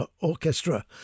Orchestra